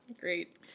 Great